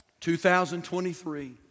2023